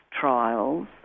trials